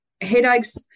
headaches